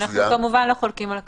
אנחנו כמובן לא חולקים על כך.